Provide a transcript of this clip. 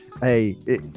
hey